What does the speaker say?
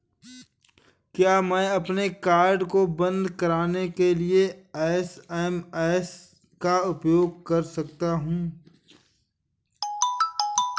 क्या मैं अपने कार्ड को बंद कराने के लिए एस.एम.एस का उपयोग कर सकता हूँ?